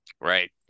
right